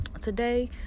today